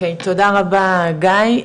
אוקי תודה רבה גיא,